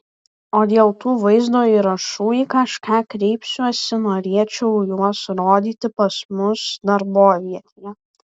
o dėl tų vaizdo įrašų į kažką kreipsiuosi norėčiau juos rodyti pas mus darbovietėje